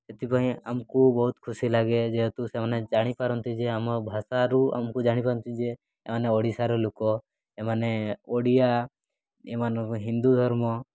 ସେଥିପାଇଁ ଆମକୁ ବହୁତ ଖୁସି ଲାଗେ ଯେହେତୁ ସେମାନେ ଜାଣିପାରନ୍ତି ଯେ ଆମ ଭାଷାରୁ ଆମକୁ ଜାଣିପାରନ୍ତି ଯେ ଏମାନେ ଓଡ଼ିଶାର ଲୋକ ଏମାନେ ଓଡ଼ିଆ ଏମାନଙ୍କ ହିନ୍ଦୁ ଧର୍ମ